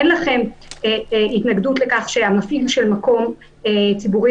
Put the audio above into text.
אין לכם התנגדות לכך שהמפעיל של מקום ציבורי